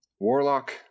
Warlock